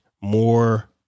more